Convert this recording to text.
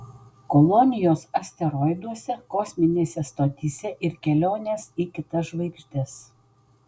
kolonijos asteroiduose kosminėse stotyse ir kelionės į kitas žvaigždes